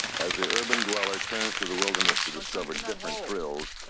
as the urban dweller turns to the wilderness to discover different thrills,